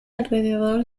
alrededor